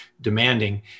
demanding